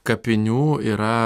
kapinių yra